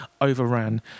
overran